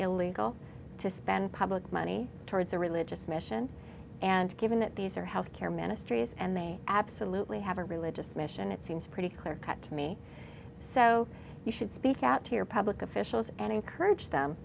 illegal to spend public money towards a religious mission and given that these are health care ministries and they absolutely have a religious mission it seems pretty clear cut to me so you should speak out to your public officials and encourage them